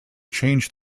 change